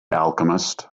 alchemist